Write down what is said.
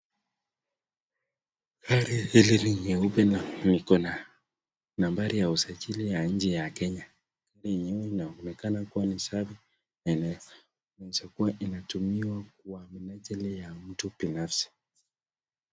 Gari hili ni nyeupe na iko na nambari ya usajili ya nchi ya Kenya. Hii ingine inaonekana ni safi na inaeza kua inatumika kwa minajili ya mtu binafsi.